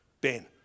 Ben